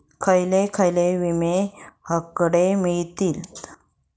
खयले खयले विमे हकडे मिळतीत?